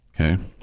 Okay